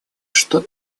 что